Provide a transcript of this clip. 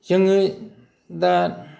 जोङो दा